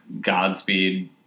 Godspeed